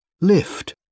Lift